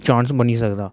chance बनी सकदा